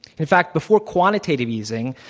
in fact, before quantitative easing,